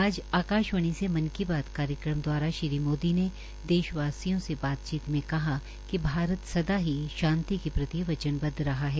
आज आकाशवाणी से मन की बात कार्यक्रम द्वारा श्री मोदी ने देशवासियों से बातचीत में कहा कि भारत सदा ही शांति के प्रति वचनबद्ध रहा है